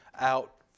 out